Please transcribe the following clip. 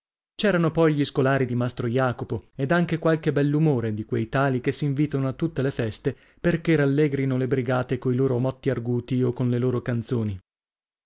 c'erano poi gli scolari di mastro jacopo ed anche qualche bell'umore di quei tali che si invitano a tutte le feste perchè rallegrino le brigate coi loro motti arguti o con le loro canzoni